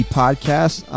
podcast